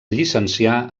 llicencià